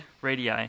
Radii